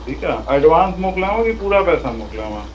ठीकु आहे एडवांस मोकिलियांव की पूरा पैसा मोकिलियांव